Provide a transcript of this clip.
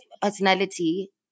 personality